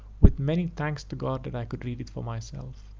with many thanks to god that i could read it for myself,